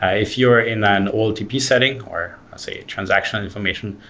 ah if you're in an oltp setting, or say a transactional information,